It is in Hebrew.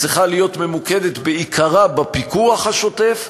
צריכה להיות ממוקדת בעיקרה בפיקוח השוטף,